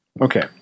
Okay